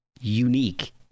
unique